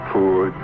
Poor